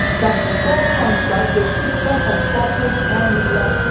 that's governed by a system of coupled, non-linear,